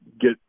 get